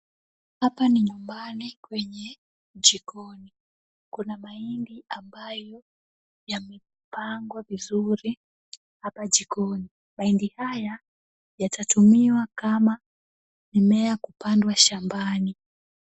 Hapa ni nyumbani kwenye jikoni. Kuna mahindi ambayo yamepangwa vizuri hapa jikoni. Mahindi haya yatatumiwa kama mimea kupandwa shambani.